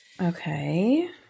Okay